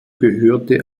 gehörte